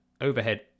overhead